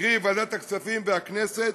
קרי ועדת הכספים והכנסת,